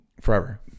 forever